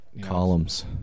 columns